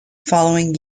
following